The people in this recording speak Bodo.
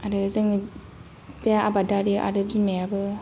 आरो जोंनि बिफाया आबादारि आरो बिमायाबो